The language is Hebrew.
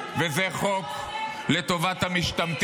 --- עכשיו תעלו כל ----- וזה חוק לטובת המשתמטים